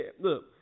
look